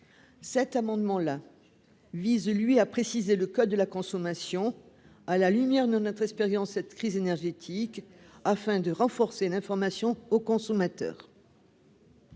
cet amendement-là vise, lui, a précisé le code de la consommation à la lumière de notre expérience, cette crise énergétique afin de renforcer l'information aux consommateurs.